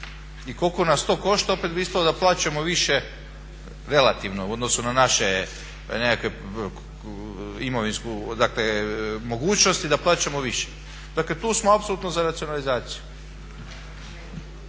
I koliko nas to košta opet bi ispalo da plaćamo više relativno u odnosu na naše nekakve imovinske mogućnosti da plaćamo više. Dakle tu smo apsolutno za racionalizaciju.